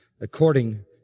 according